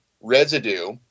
residue